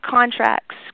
contracts